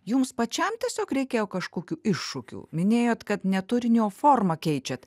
jums pačiam tiesiog reikėjo kažkokių iššūkių minėjot kad ne turinį o formą keičiat